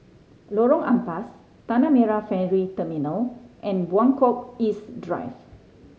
Lorong Ampas Tanah Merah Ferry Terminal and Buangkok East Drive